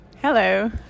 Hello